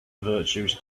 virtues